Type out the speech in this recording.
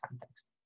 context